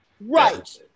Right